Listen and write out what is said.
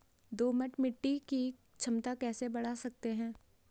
दोमट मिट्टी की क्षमता कैसे बड़ा सकते हैं?